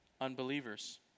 unbelievers